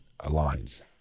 aligns